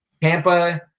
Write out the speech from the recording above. Tampa